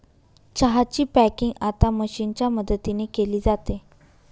चहा ची पॅकिंग आता मशीनच्या मदतीने केली जाते